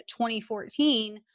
2014